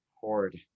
horde